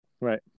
Right